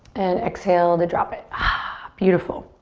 and exhale to drop it. ah beautiful.